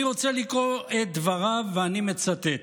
אני רוצה לקרוא את דבריו, ואני מצטט: